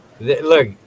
look